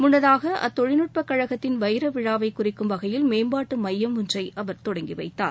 முன்னதாக அத்தொழில்நுட்பக் கழகத்தின் வைர விழாவை குறிக்கும் வகையில் மேம்பாட்டு மையம் ஒன்றை அவர் தொடங்கி வைத்தார்